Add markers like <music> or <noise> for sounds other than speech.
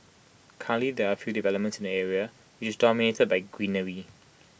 <unintelligible> there are few developments in the area which is dominated by greenery